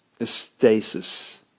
stasis